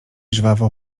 żwawo